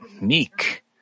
meek